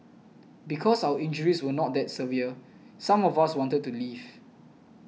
because our injuries were not that severe some of us wanted to leave